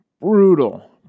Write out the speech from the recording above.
brutal